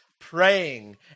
praying